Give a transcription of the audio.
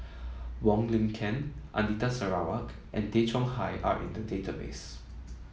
Wong Lin Ken Anita Sarawak and Tay Chong Hai are in the database